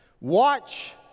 Watch